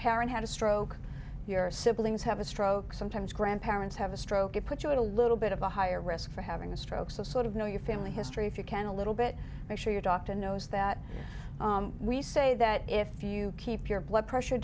parent had a stroke your siblings have a stroke sometimes grandparents have a stroke it puts you in a little bit of a higher risk for having a stroke so sort of know your family history if you can a little bit make sure your doctor knows that we say that if you keep your blood pressure